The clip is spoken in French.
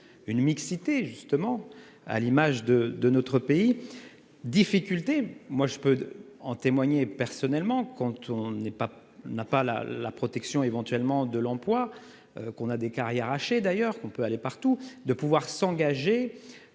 une mixité justement à l'image de de notre pays. Difficultés, moi je peux en témoigner. Personnellement quand on n'est pas, n'a pas la la protection éventuellement de l'emploi. Qu'on a des carrières hachées. D'ailleurs, qu'on peut aller partout, de pouvoir s'engager